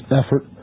effort